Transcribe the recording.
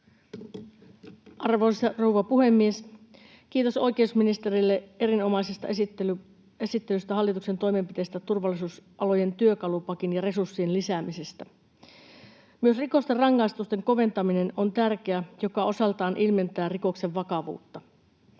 Arvoisa rouva puhemies! Kiitos oikeusministerille erinomaisesta esittelystä liittyen hallituksen toimenpiteisiin turvallisuusalan työkalupakin ja resurssien lisäämisestä. Myös rikosten rangaistusten koventaminen on tärkeä asia, joka osaltaan ilmentää rikoksen vakavuutta.